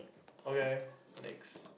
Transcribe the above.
okay next